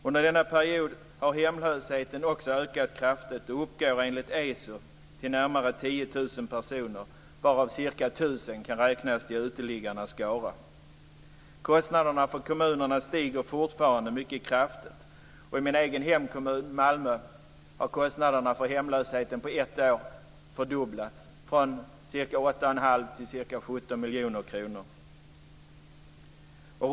Under denna period har hemlösheten också ökat kraftigt och uppgår enligt ESO till närmare 10 000 personer, varav ca 1 000 kan räknas till uteliggarnas skara. Kostnaderna för kommunerna stiger fortfarande mycket kraftigt, och i min egen hemkommun, Malmö, har kostnaderna för hemlösheten på ett år fördubblats, från ca 8 1⁄2 miljoner till ca 17 miljoner kronor.